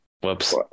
Whoops